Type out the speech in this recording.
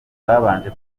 babanje